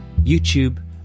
YouTube